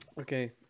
okay